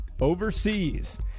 overseas